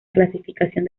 clasificación